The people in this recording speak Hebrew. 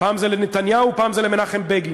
פעם זה לנתניהו, פעם זה למנחם בגין,